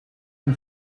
can